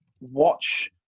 watch